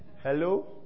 Hello